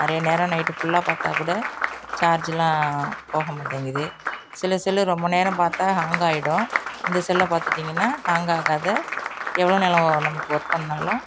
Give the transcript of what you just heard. நிறைய நேரம் நைட் ஃபுல்லாக பார்த்தாக்கூட சார்ஜூலாம் போக மாட்டேங்குது சில செல்லு ரொம்ப நேரம் பார்த்தா ஹாங் ஆகிடும் இந்த செல்லை பார்த்துட்டீங்கனா ஹாங் ஆகாத எவ்ளோ நேரம் நமக்கு ஒர்க் பண்ணாலும்